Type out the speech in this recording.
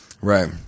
Right